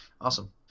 awesome